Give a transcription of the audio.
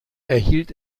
erhielt